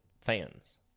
fans